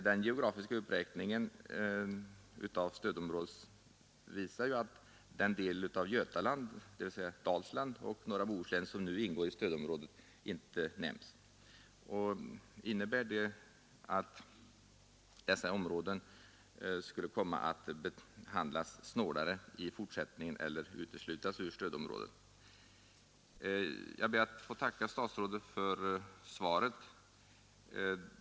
De delar av Götaland som nu ingår i stödområdet, dvs. Dalsland och norra Bohuslän, nämns alltså inte. Innebär det att de områdena kommer att behandlas snålare i fortsättningen, eller kommer de att uteslutas ur stödområdet? Jag ber att få tacka statsrådet för svaret.